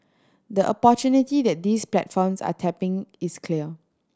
the opportunity that these platforms are tapping is clear